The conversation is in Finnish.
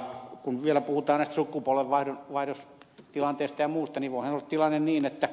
ja kun vielä puhutaan näistä sukupolvenvaihdostilanteista ja muusta niin voihan olla tilanne niin että